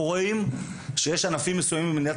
אנחנו רואים שיש ענפים מסוימים במדינת